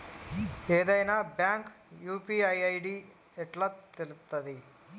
ఏదైనా bank UPI ID ఎట్లా తెలుత్తది?